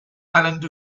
island